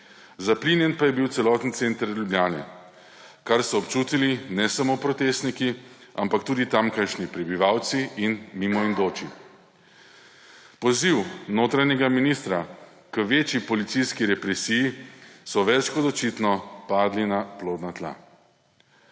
zaplinjen pa je bil celoten center Ljubljane, kar so občutili ne samo protestniki, ampak tudi tamkajšnji prebivalci in mimoidoči. Poziv notranjega ministra k večji policijski represiji je več kot očitno padel na plodna tla.